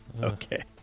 Okay